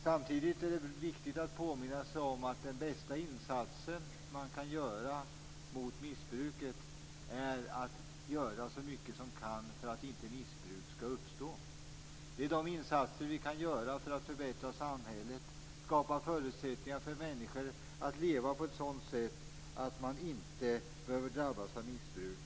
Samtidigt är det viktigt att påminna sig om att den bästa insatsen man kan göra mot missbruket är att göra så mycket som möjligt för att inte missbruk skall uppstå. Det handlar om de insatser vi kan göra för att förbättra samhället och skapa förutsättningar för människor att leva på ett sådant sätt att de inte behöver drabbas av missbruk.